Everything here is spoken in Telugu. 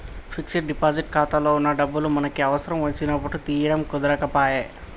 ఫిక్స్డ్ డిపాజిట్ ఖాతాలో వున్న డబ్బులు మనకి అవసరం వచ్చినప్పుడు తీయడం కుదరకపాయె